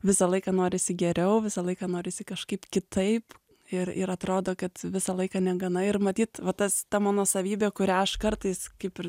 visą laiką norisi geriau visą laiką norisi kažkaip kitaip ir ir atrodo kad visą laiką negana ir matyt va tas ta mano savybė kuria aš kartais kaip ir